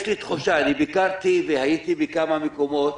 יש לי תחושה, ביקרתי והייתי בכמה מקומות,